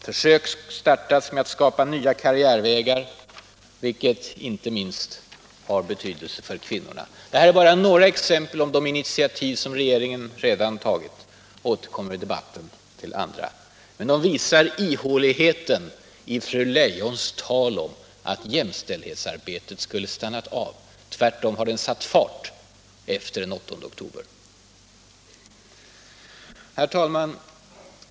Försök startas med att skapa nya karriärvägar, vilket inte minst har betydelse för kvinnorna. Det här är bara några exempel på initiativ som regeringen redan har tagit — jag återkommer i debatten till andra exempel. De visar ihåligheten i fru Leijons tal om att jämställdhetsarbetet skulle ha stannat av. Tvärtom har det satt fart efter den 8 oktober förra året. Herr talman!